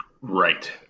Right